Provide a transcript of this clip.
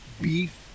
beef